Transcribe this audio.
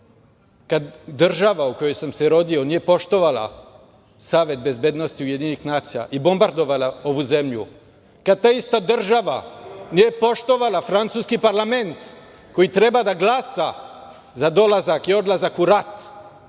kada država u kojoj sam se rodio nije poštovala Savet bezbednosti Ujedinjenih nacija i bombardovala ovu zemlju, kad ta ista država nije poštovala francuski parlament, koji treba da glasa za dolazak i odlazak u rat,